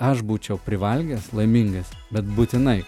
aš būčiau privalgęs laimingas bet būtinai